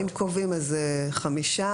אם קובעים אז חמישה.